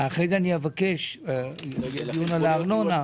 אחרי זה אני אבקש דיון על הארנונה.